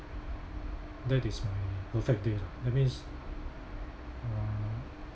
that is my perfect day lah that means uh